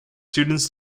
students